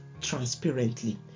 transparently